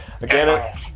again